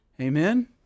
Amen